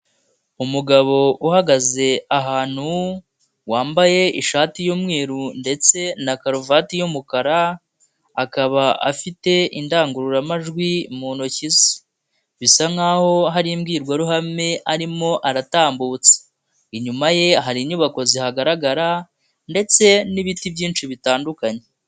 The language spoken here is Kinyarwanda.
Umugabo uhagaze ahantu wambaye ishati y'umweru ndetse na karuvati y'umukara, akaba afite indangururamajwi mu ntoki ze, bisa nk'aho hari imbwirwaruhame arimo aratambutsa, inyuma ye hari inyubako zihagaragara ndetse n'ibiti byinshi bitandukanye.